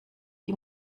die